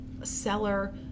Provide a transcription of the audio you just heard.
seller